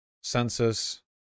census